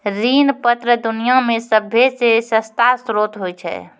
ऋण पत्र दुनिया मे सभ्भे से सस्ता श्रोत होय छै